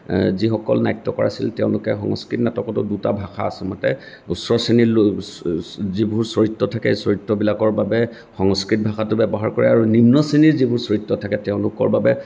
যিসকল নাট্যকাৰ আছিল তেওঁলোকে সংস্কৃত নাটকতো দুটা ভাষা আচলতে উচ্চ শ্ৰেণীৰ লোক যিবোৰ চৰিত্ৰ থাকে সেই চৰিত্ৰবিলাকৰ বাবে সংস্কৃত ভাষাটো ব্যৱহাৰ কৰে আৰু নিম্ন শ্ৰেণীৰ যিবোৰ চৰিত্ৰ থাকে তেওঁলোকৰ বাবে